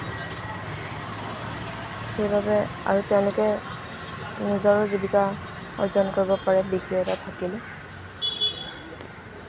সেইবাবে আৰু তেওঁলোকে নিজৰ জীৱিকা অৰ্জন কৰিব পাৰে ডিগ্ৰী এটা থাকিলে